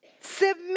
Submit